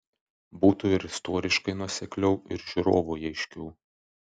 būtų ir istoriškai nuosekliau ir žiūrovui aiškiau